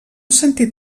sentit